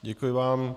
Děkuji vám.